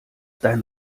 dein